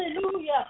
Hallelujah